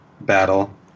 battle